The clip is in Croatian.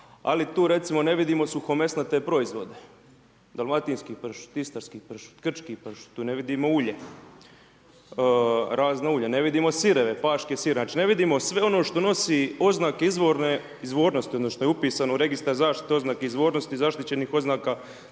ali tu recimo ne vidimo suhomesnate proizvode. Dalmatinski pršut, istarski pršut, krčki pršut, tu ne vidimo ulje, razna ulja, ne vidimo sireve, paški sir, znači ne vidimo sve ono što nosi oznake izvornosti, ono što je upisano u Registar zaštite izvornosti zaštićenih oznaka